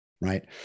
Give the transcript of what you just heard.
right